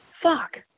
fuck